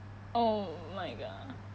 oh my god